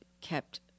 kept